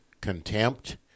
contempt